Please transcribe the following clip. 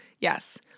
Yes